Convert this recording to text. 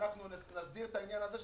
שאנחנו נסדיר את העניין הזה,